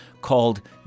called